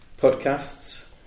podcasts